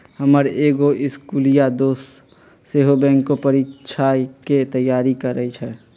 हमर एगो इस्कुलिया दोस सेहो बैंकेँ परीकछाके तैयारी करइ छइ